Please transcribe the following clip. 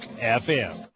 FM